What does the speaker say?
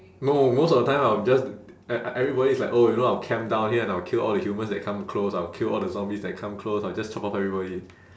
no most of the time I'll just e~ everybody is like oh you know I'll camp down here and I'll kill all the humans that come close I'll kill all the zombies that come close I'll just chop off everybody